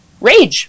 rage